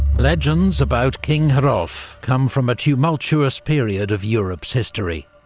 legends about king hrolf come from a tumultuous period of europe's history,